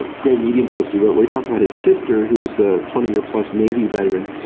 ah great medium post he wrote where he talked about his sister who's a twenty year plus navy veteran.